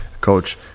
coach